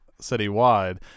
citywide